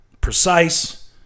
precise